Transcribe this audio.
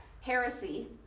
heresy